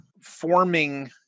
forming